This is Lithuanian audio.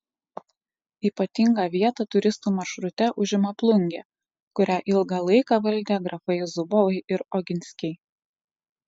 ypatingą vietą turistų maršrute užima plungė kurią ilgą laiką valdė grafai zubovai ir oginskiai